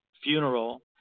funeral